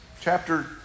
Chapter